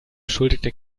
beschuldigte